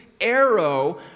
arrow